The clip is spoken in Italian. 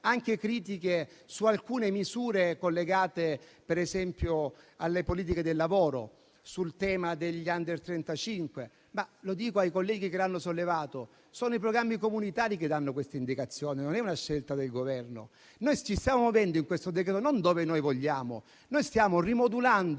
anche critiche su alcune misure collegate, per esempio alle politiche del lavoro, sul tema degli *under* 35. Lo dico ai colleghi che le hanno sollevate: sono i programmi comunitari che danno queste indicazioni, non è una scelta del Governo. Noi in questo decreto-legge ci stiamo muovendo non dove vogliamo; stiamo rimodulando